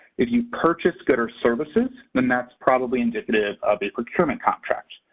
if you purchase goods or services, then that's probably indicative of a procurement contract.